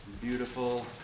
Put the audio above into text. beautiful